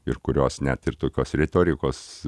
ir kurios net ir tokios retorikos